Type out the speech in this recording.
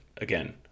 again